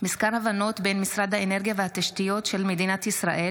מזכר הבנות בין משרד האנרגיה והתשתיות של מדינת ישראל